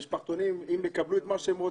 אם המשפחתונים יקבלו את מה שהם רוצים,